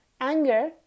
Anger